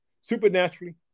supernaturally